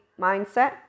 mindset